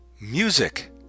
music